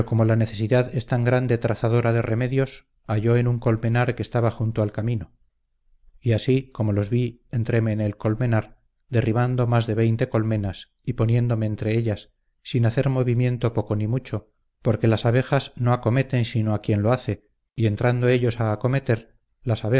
la necesidad es tan grande trazadora de remedios halló en un colmenar que estaba junto al camino y así como los vi entreme en el colmenar derribando más de veinte colmenas y poniéndome entre ellas sin hacer movimiento poco ni mucho porque las abejas lo acometen sino a quien lo hace y entrando ellos a acometer las